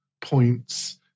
points